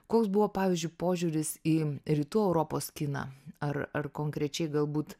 koks buvo pavyzdžiui požiūris į rytų europos kiną ar ar konkrečiai galbūt